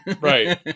Right